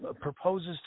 proposes